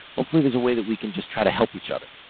hopefully there's a way that we can just try to help each other.